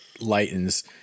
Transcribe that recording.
lightens